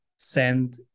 send